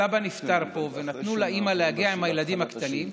הסבא נפטר פה ונתנו לאימא להגיע עם הילדים הקטנים.